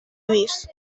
lluís